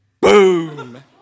boom